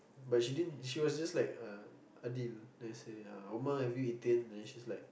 but she didn't she was just like uh Adil then I say yeah omma have you eaten then she's like